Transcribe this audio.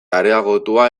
areagotua